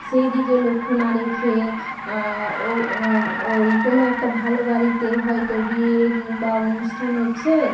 সেইদিকে লক্ষ্য না রেখে ও ওই কোনও একটা ভালো বাড়িতে হয়তো বিয়ে কিংবা অনুষ্ঠান হচ্ছে